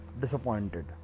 disappointed